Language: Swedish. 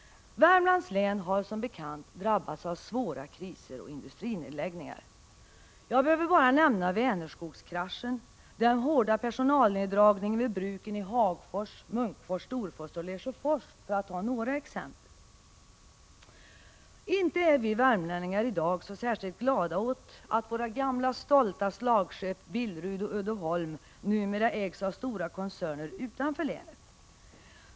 Värmlands län har som bekant drabbats av svåra kriser och industrinedläggningar. Jag behöver bara nämna Vänerskogskraschen och den hårda personalneddragningen vid bruken i Hagfors, Munkfors, Storfors och Lesjöfors, för att ta några exempel. Inte är vi värmlänningar i dag särskilt glada åt att våra gamla stolta slagskepp Billerud och Uddeholm numera ägs av stora koncerner utanför länet.